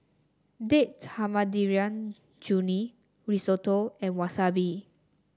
Date Tamarind Chutney Risotto and Wasabi